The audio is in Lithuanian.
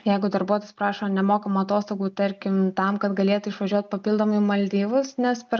jeigu darbuotojas prašo nemokamų atostogų tarkim tam kad galėtų išvažiuot papildomai į maldyvus nes per